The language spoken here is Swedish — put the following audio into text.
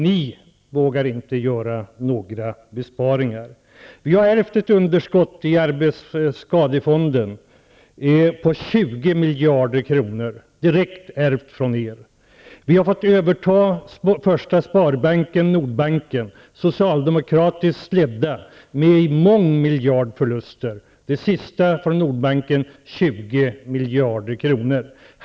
Ni vågar inte göra några besparingar. Vi har ärvt ett underskott i arbetsskadefonden på 20 miljarder kronor. Det är ärvt direkt från er. Vi har fått överta problemen med Första Sparbanken och Nordbanken, dvs. socialdemokratiskt ledda banker med mångmiljardförluster. Det senaste när det gäller Nordbanken var på 20 miljarder kronor.